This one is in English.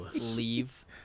leave